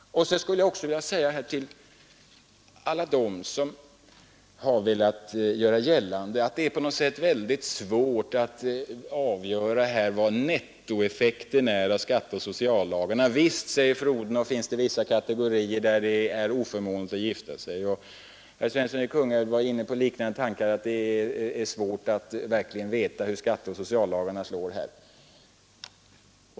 Sedan skulle jag vilja vända mig till alla dem som har velat göra gällande att det på något sätt är väldigt svårt att avgöra vad nettoeffekten blir av skatteoch sociallagarna. Visst, säger fru Odhnoff, finns det vissa kategorier för vilka det är oförmånligt att gifta sig. Herr Svensson i Kungälv var inne på liknande tankar — att det är svårt att verkligen veta hur skatteoch sociallagarna slår härvidlag.